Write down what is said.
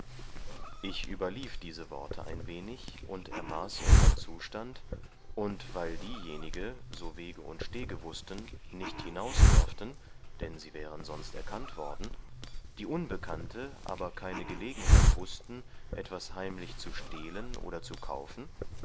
ich überlief diese worte ein wenig und ermaß unsern zustand und weil diejenige so wege und stege wußten nicht hinaus dörften dann sie wären sonst erkannt worden die unbekannte aber keine gelegenheit wußten etwas heimlich zu stehlen oder zu kaufen